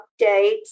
updates